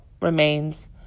remains